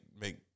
make